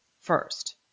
first